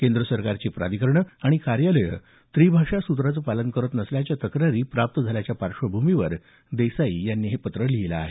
केंद्र सरकारची प्राधिकरणं आणि कार्यालय त्रि भाषा सूत्राचं पालन करत नसल्याच्या तक्रारी प्राप्त झाल्याच्या पार्श्वभूमीवर देसाई यांनी हे पत्र लिहिलं आहे